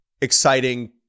exciting